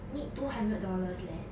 need two hundred dollars leh